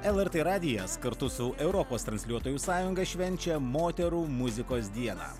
lrt radijas kartu su europos transliuotojų sąjunga švenčia moterų muzikos dieną